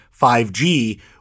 5G